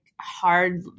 hard